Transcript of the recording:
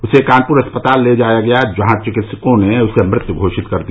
उसे कानपुर अस्पताल ले जाया गया जहां चिकित्सकों ने उसे मृत घोषित कर दिया